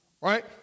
right